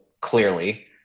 clearly